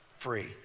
free